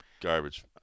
Garbage